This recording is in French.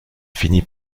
finit